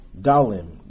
Dalim